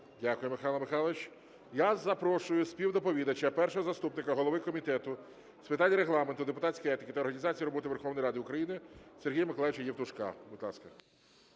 Дякую, Михайло Михайлович. Я запрошую співдоповідача – першого заступника голови Комітету з питань Регламенту, депутатської етики та організації роботи Верховної Ради України Сергія Миколайовича Євтушка. Будь ласка.